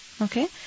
okay